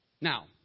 Now